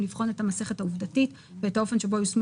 לבחון את המסכת העובדתית ואת האופן שבו יושמו